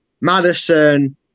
Madison